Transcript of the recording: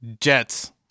Jets